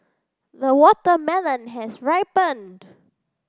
the watermelon has ripened